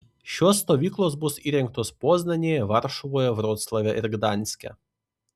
šios stovyklos bus įrengtos poznanėje varšuvoje vroclave ir gdanske